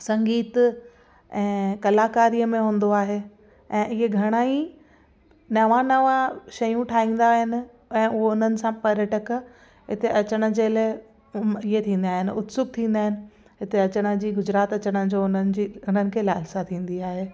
संगीत ऐं कलाकारीअ में हूंदो आहे ऐं इहे घणेई नवां नवां शयूं ठाहींदा आहिनि ऐं उहो उन्हनि सां पर्यटक इते अचनि जे लाइ इहे थींदा आहिनि उत्सुकु थींदा आहिनि हिते अचनि जी गुजरात अचनि जो हुननि जी हुननि खे लालसा थींदी आहे